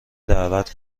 دعوت